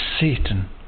Satan